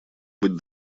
быть